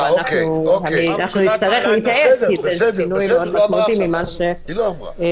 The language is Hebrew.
אנחנו נצטרך להתייעץ כי זה שינוי מאוד משמעותי לעומת מה שהוגש.